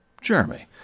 Jeremy